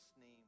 name